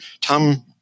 Tom